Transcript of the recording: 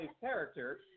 character